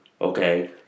Okay